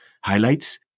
highlights